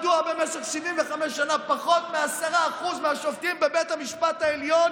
מדוע במשך 75 שנה פחות מ-10% מהשופטים בבית המשפט העליון